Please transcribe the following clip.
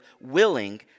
willing